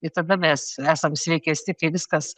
ir tada mes esam sveikesni kai viskas